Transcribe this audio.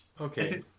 Okay